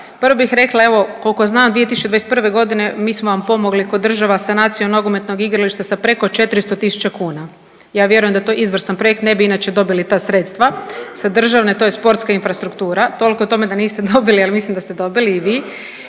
Prvo bih rekla, evo koliko znam 2021. godine mi smo vam pomogli kao država sanacijom nogometnog igrališta sa preko 400 000 kuna. Ja vjerujem da je to izvrstan projekt, ne bi inače dobili ta sredstva sa državne, to je sportska infrastruktura. Toliko o tome da niste dobili, ali mislim da ste dobili i vi.